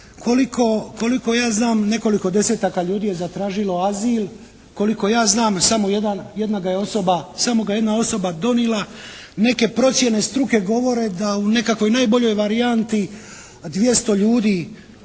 Koliko ja znam nekoliko desetaka ljudi je zatražilo azil, koliko ja znam samo jedna ga ja osoba, samo jedna ga je osoba donijela. Neke procjene struke govore da u nekakvoj najboljoj varijanti 200 ljudi